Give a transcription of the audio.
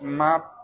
map